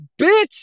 bitch